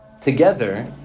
together